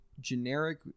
generic